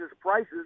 prices